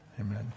Amen